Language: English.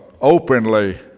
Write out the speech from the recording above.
openly